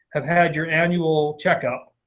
have had your annual checkup.